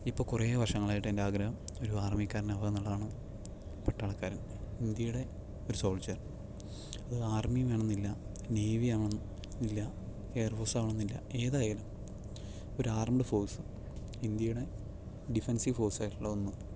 ഇപ്പോൾ കുറേ വർഷങ്ങളായിട്ട് എൻ്റെ ആഗ്രഹം ഒരു ആർമിക്കാരനാവുക എന്നുള്ളതാണ് പട്ടാളക്കാരൻ ഇന്ത്യയുടെ ഒരു സോൾജിയർ അത് ആർമി വേണം എന്നില്ല നേവി ആവണം എന്നില്ല എയെർഫോഴ്സ് ആകണം എന്നില്ല ഏതായാലും ഒരു ആർമ്ഡ് ഫോഴ്സ് ഇന്ത്യയുടെ ഡിഫെൻസിവ് ഫോഴ്സ് ആയിട്ടുള്ള ഒന്ന്